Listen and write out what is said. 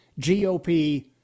GOP